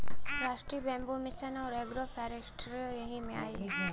राष्ट्रीय bamboo mission आउर agro फ़ोरेस्ट्रीओ यही में आई